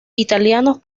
italianos